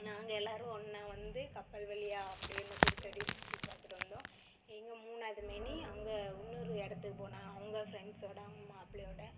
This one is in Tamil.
நாங்கள் எல்லோரும் ஒன்றா வந்து கப்பல் வழியா அப்படியே அந்த குருசடியை சுற்றி பார்த்துட்டு வந்தோம் எங்கள் மூணாவது மதினி அங்கே இன்னொரு இடத்துக்கு போனாங்க அவங்க ஃப்ரெண்ட்ஸ்ஸோட அவங்க மாப்பிளையோட